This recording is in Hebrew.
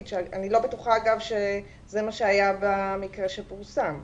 שאני לא בטוחה אגב שזה מה שהיה במקרה שפורסם.